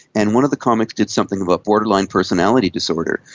and one of the comics did something about borderline personality disorder,